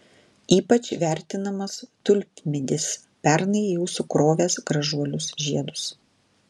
ypač vertinamas tulpmedis pernai jau sukrovęs gražuolius žiedus